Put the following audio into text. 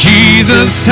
Jesus